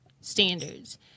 standards